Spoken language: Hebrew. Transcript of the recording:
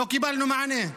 לא קיבלנו מענה.